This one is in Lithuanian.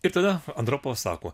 ir tada andropovo sako